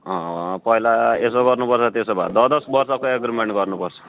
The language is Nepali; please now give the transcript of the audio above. पहिला यसो गर्नुपर्छ त्यसो भए द दस वर्षको एग्रिमेन्ट गर्नुपर्छ